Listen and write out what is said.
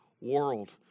world